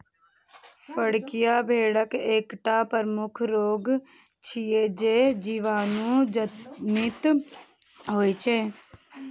फड़कियां भेड़क एकटा प्रमुख रोग छियै, जे जीवाणु जनित होइ छै